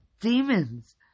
demons